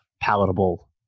palatable